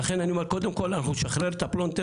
ולכן אני אומר קודם כל אנחנו נשחרר את הפלונטר,